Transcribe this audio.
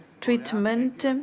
treatment